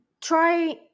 try